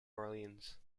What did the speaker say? orleans